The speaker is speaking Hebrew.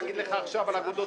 חבר הכנסת